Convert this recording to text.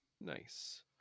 Nice